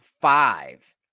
five